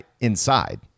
inside